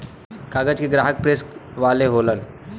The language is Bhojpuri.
कागज के ग्राहक प्रेस वाले होलन